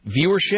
viewership